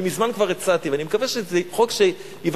מזמן כבר הצעתי, אני מקווה שזה חוק שייווצר,